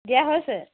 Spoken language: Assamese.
দিয়া হৈছে